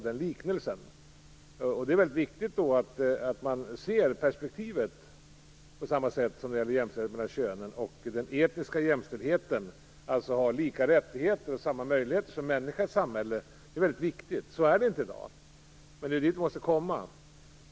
Det är då väldigt viktigt att man har samma perspektiv på jämställdheten mellan könen som på den etniska jämställdheten, alltså att man som människa i samhället skall ha lika rättigheter och samma möjligheter. Så är det inte i dag, men det är dithän vi måste komma.